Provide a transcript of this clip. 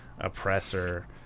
oppressor